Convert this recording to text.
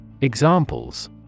Examples